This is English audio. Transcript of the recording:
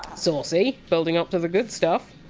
saucy! building up to the good stuff!